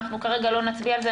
אנחנו כרגע לא נצביע על זה.